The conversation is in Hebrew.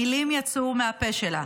המילים יצאו מהפה שלה.